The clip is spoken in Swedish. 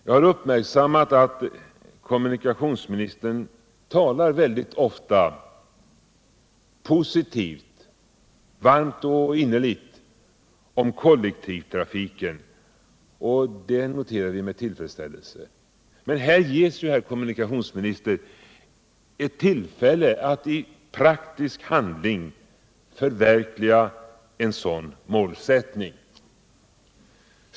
Jag har uppmärksammat att kommunikationsministern väldigt ofta talar positivt, varmt och innerligt om kollektivtrafiken, och det noterar vi med tillfredsställelse. Här ges ju, herr kommunikationsminister, ett tillfälle att i praktisk handling förverkliga en sådan målsättning.